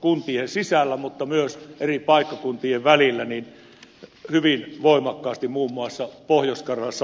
kuntien sisällä mutta myös eri paikkakuntien välillä hyvin voimakkaasti muun muassa pohjois karjalassa vaikeutunut